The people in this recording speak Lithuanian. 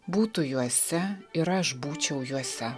būtų juose ir aš būčiau juose